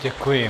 Děkuji.